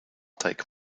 take